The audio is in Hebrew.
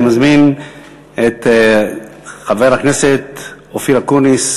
אני מזמין את חבר הכנסת אופיר אקוניס,